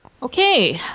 Okay